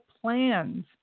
plans